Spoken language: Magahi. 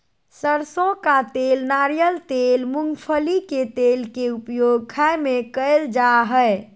सरसों का तेल नारियल तेल मूंगफली के तेल के उपयोग खाय में कयल जा हइ